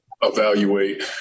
evaluate